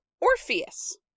Orpheus